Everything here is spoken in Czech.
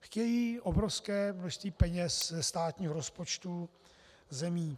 Chtějí obrovské množství peněz ze státního rozpočtu zemí.